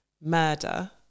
murder